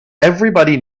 everybody